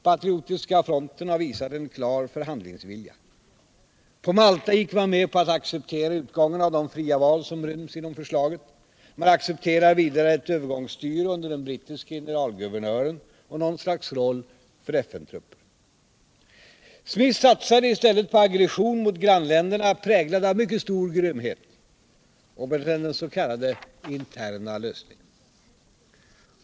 Patriotiska fronten har visat en klar förhandlingsvilja. På Malta gick man med på att acceptera utgången av de fria val som ryms inom förslaget. Man accepterar vidare ett övergångsstyre under den brittiske generalguvernören och någon slags roll för FN-trupper. Smith satsade i stället på aggression mot grannländerna, präglad av stor grymhet, och på den s.k. interna lösningen.